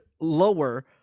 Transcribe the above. lower